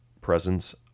presence